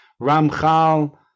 Ramchal